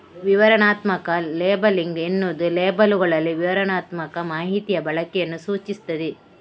ವಿವರಣಾತ್ಮಕ ಲೇಬಲಿಂಗ್ ಎನ್ನುವುದು ಲೇಬಲ್ಲುಗಳಲ್ಲಿ ವಿವರಣಾತ್ಮಕ ಮಾಹಿತಿಯ ಬಳಕೆಯನ್ನ ಸೂಚಿಸ್ತದೆ